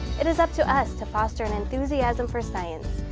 it is up to us to foster an enthusiasm for science,